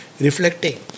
reflecting